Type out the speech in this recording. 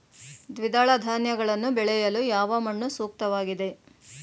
ದ್ವಿದಳ ಧಾನ್ಯಗಳನ್ನು ಬೆಳೆಯಲು ಯಾವ ಮಣ್ಣು ಸೂಕ್ತವಾಗಿದೆ?